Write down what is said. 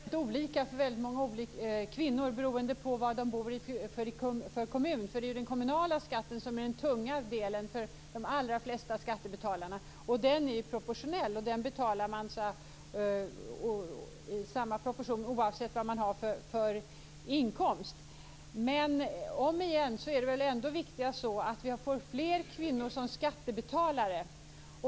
Fru talman! Skatterna är väldigt olika för olika kvinnor beroende på vad de bor i för en kommun. Det är den kommunala skatten som är den tunga delen för de allra flesta skattebetalarna. Den är proportionell. Den betalar man proportionellt oavsett vad man har för inkomst. Det är väl ändå viktigt att vi får fler kvinnor som skattebetalare.